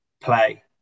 play